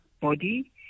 body